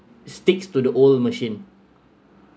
sticks to the old machine